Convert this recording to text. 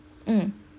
mm